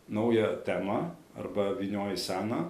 naują temą arba vynioji seną